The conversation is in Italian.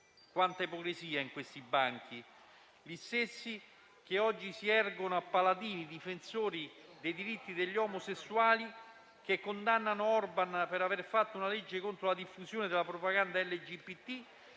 quanta ipocrisia in questi banchi. Gli stessi che oggi si ergono a paladini, a difensori dei diritti degli omosessuali, che condannano Orbán per aver fatto una legge contro la diffusione della propaganda LGBT